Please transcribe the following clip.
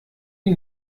die